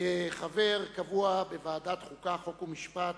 כחבר קבוע בוועדת החוקה, חוק ומשפט,